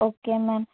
okay ma'am